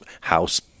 house